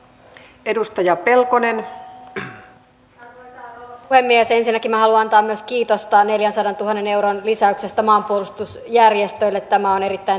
voi olla eri mieltä asioista mutta kansalaisten väheksyminen ei kuulu minun mielestäni hyvään ja arvokkaaseen parlamentaariseen käytänteeseen